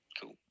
Cool